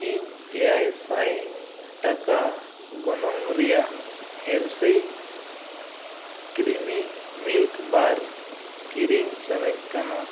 ᱤᱧ ᱮᱭᱟᱭ ᱥᱟᱭ ᱴᱟᱠᱟ ᱜᱚᱱᱚᱝ ᱨᱮᱭᱟᱜ ᱦᱟᱨᱥᱤ ᱠᱨᱤᱢᱤ ᱢᱤᱞᱠ ᱵᱟᱨ ᱠᱤᱨᱤᱧ ᱥᱟᱹᱱᱟᱹᱧ ᱠᱟᱱᱟ